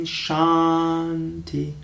shanti